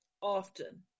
often